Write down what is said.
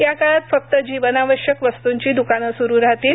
या काळात फक्त जीवनावश्यक वस्तूंची द्कानं सुरू राहतील